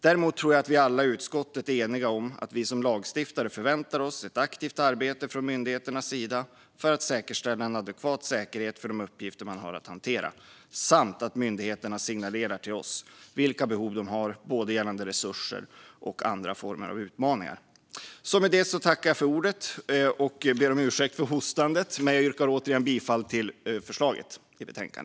Däremot tror jag att vi alla i utskottet är eniga om att vi som lagstiftare förväntar oss ett aktivt arbete från myndigheternas sida för att säkerställa en adekvat säkerhet för de uppgifter man har att hantera, samt att myndigheterna signalerar till oss vilka behov de har både gällande resurser och andra former av utmaningar.